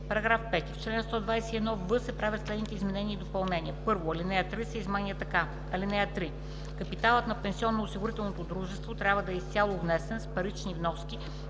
§ 5: „§ 5. В чл. 121в се правят следните изменения и допълнения: 1. Алинея 3 се изменя така: „(3) Капиталът на пенсионноосигурителното дружество трябва да е изцяло внесен с парични вноски